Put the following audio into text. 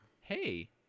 Hey